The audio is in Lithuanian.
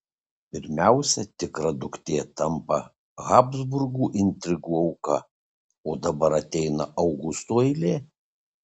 pirmiausia tikra duktė tampa habsburgų intrigų auka o dabar ateina augusto eilė